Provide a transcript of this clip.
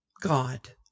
God